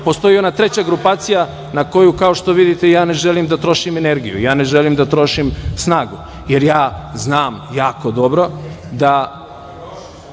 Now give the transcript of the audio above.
postoji ona treća grupacija na koju kao što vidite ja ne želim da trošim energiju, ne želim da trošim snagu, jer ja znam jako dobro